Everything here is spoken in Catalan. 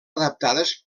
adaptades